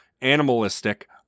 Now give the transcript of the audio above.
animalistic